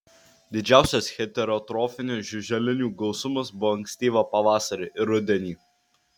didžiausias heterotrofinių žiuželinių gausumas buvo ankstyvą pavasarį ir rudenį